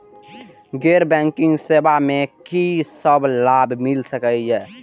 गैर बैंकिंग सेवा मैं कि सब लाभ मिल सकै ये?